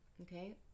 okay